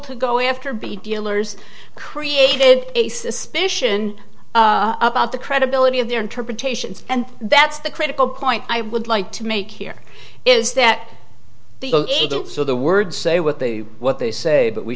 to go after b dealers created a suspicion about the credibility of their interpretations and that's the critical point i would like to make here is that i don't so the words say what they what they say but we